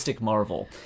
marvel